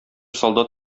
солдат